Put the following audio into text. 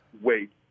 wait